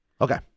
okay